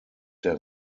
der